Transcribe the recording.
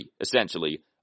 essentially